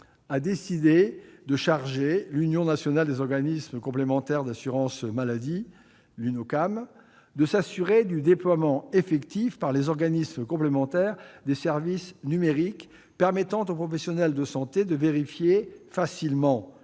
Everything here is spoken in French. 3 A, de charger l'Union nationale des organismes complémentaires d'assurance maladie, l'Unocam, de s'assurer du déploiement effectif par les organismes complémentaires des services numériques permettant aux professionnels de santé de vérifier facilement